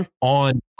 on